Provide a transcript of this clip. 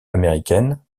américaine